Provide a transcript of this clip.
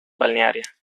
balnearia